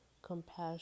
compassion